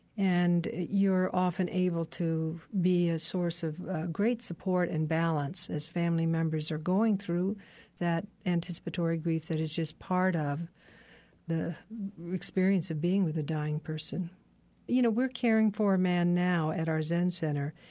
and you're often able to be a source of great support and balance as family members are going through that anticipatory grief that is just part of the experience of being with a dying person you know, we're caring for a man now at our zen center.